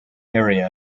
area